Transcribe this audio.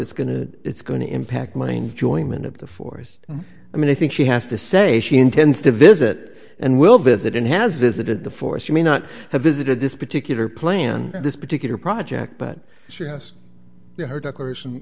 it's going to it's going to impact mine joint of the forest i mean i think she has to say she intends to visit and will visit and has visited the forest you may not have visited this particular plan this particular project but she has her declaration